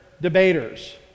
debaters